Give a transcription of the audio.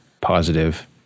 positive